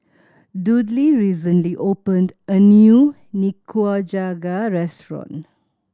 Dudley recently opened a new Nikujaga restaurant